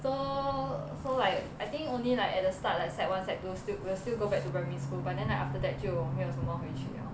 so so like I think only like at the start like sec one sec two still will still go back to primary school but then I after that 就没有什么回去了